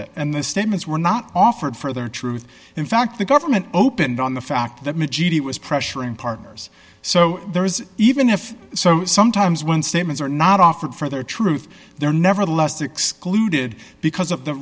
it and the statements were not offered for the truth in fact the government opened on the fact that he was pressuring partners so there is even if so sometimes when statements are not offered for their truth they're nevertheless excluded because of the